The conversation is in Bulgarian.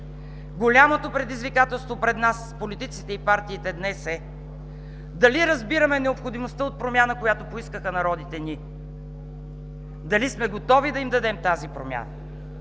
Голямото предизвикателство пред нас, политиците и партиите, днес е дали разбираме необходимостта от промяна, която поискаха народите ни, дали сме готови да им дадем тази промяна?